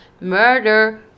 murder